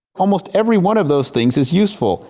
almost every one of those things is useful,